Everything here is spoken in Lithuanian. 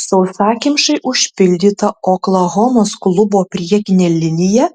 sausakimšai užpildyta oklahomos klubo priekinė linija